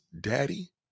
daddy